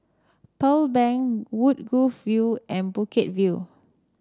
Pearl Bank Woodgrove View and Bukit View